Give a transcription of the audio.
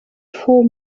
four